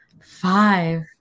five